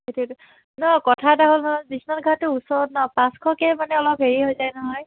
নহয় কথা এটা হ'ল নহয় বিশ্বনাথ ঘাটটো ওচৰত ন পাঁচশকৈ মানে অলপ হেৰি হৈ যায় নহয়